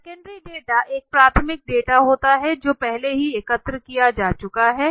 secondary data एक प्राथमिक data होता है जो पहले ही एकत्रित किया जा चुका है